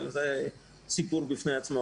אבל זה סיפור בפני עצמו.